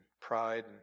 pride